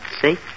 See